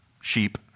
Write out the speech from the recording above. sheep